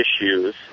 issues